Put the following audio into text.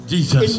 Jesus